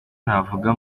navuga